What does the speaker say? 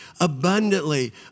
abundantly